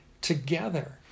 together